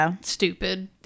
stupid